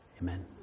Amen